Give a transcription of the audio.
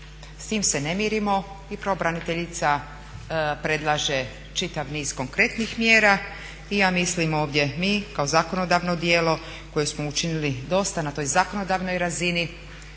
S tim se ne mirimo i pravobraniteljica predlaže čitav niz konkretnih mjera. Ja mislim ovdje mi kao zakonodavno tijelo koje smo učinili dosta na toj zakonodavnoj razini,